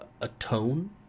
atone